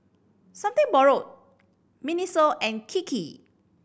Borrowed MINISO and Kiki